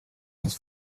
las